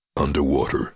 underwater